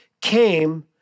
came